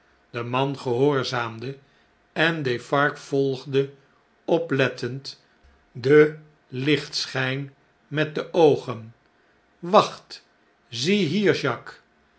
de man gehoorzaamde en defarge volgde oplettend den lichtscbjjn met de oogen wacht zie hier jaques